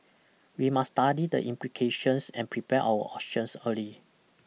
we must study the implications and prepare our options early